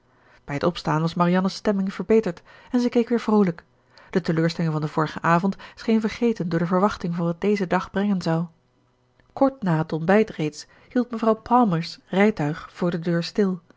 bij het opstaan was marianne's stemming verbeterd en zij keek weer vroolijk de teleurstelling van den vorigen avond scheen vergeten door de verwachting van wat deze dag brengen zou kort na het ontbijt reeds hield mevrouw palmer's rijtuig voor de deur stil